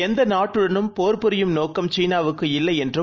எந்தநாட்டுடனும்போர்புரியும்நோக்கம்சீனாவுக்குஇல்லைஎன்றும்